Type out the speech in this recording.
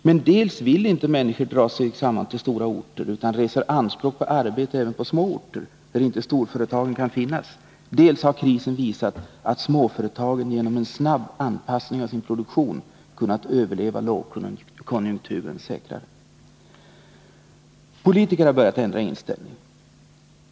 Men dels vill inte människor dra sig samman till stora orter utan reser anspråk på arbete även på små orter, där inte storföretagen kan finnas, dels har krisen visat att småföretagen genom snabb anpassning av sin produktion säkrare har kunnat överleva lågkonjunkturen. Politiker har börjat ändra inställning.